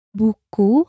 buku